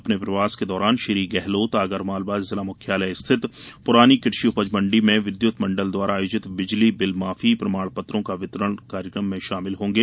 अपने प्रवास के दौरान श्री गेहलोत आगरमालवा जिला मुख्यालय स्थित पुरानी कृषि उपज मंडी में विद्यत मंडल द्वारा आयोजित बिजली बिल माफी प्रमाण पत्रों का वितरण कार्यक्रम में शामिल होगें